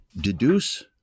deduce